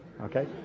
Okay